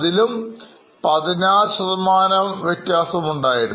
അതിലും16 വ്യത്യാസമുണ്ടായിരുന്നു